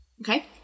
Okay